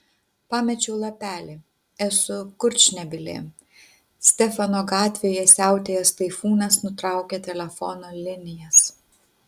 pamečiau lapelį esu kurčnebylė stefano gatvėje siautėjęs taifūnas nutraukė telefono linijas